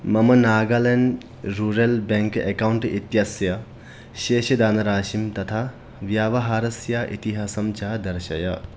मम Nagaland rural bank account इत्यस्य शेषधनराशिं तथा व्यवहारस्य इतिहासं च दर्शय